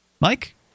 Mike